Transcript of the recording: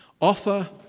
offer